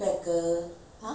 !oof! what